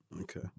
Okay